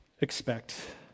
expect